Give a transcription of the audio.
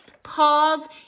pause